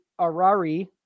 Arari